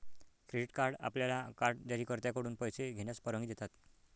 credit card आपल्याला card जारीकर्त्याकडून पैसे घेण्यास परवानगी देतात